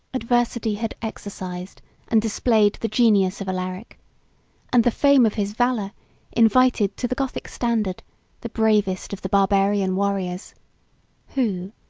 adversity had exercised and displayed the genius of alaric and the fame of his valor invited to the gothic standard the bravest of the barbarian warriors who,